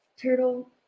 turtle